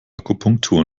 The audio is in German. akupunktur